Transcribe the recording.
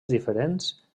diferents